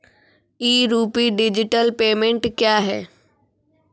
ई RUPI digital payment क्या हैं?